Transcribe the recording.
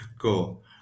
cool